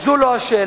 וזו לא השאלה.